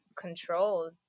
control